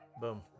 Boom